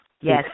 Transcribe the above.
Yes